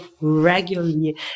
regularly